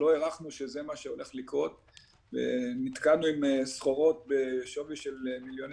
לא הערכנו שזה מה שהולך לקרות ונתקענו עם סחורות בשווי של מיליוני